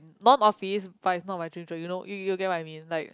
non office but is not my dream job you know you you get what I mean like